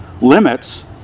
limits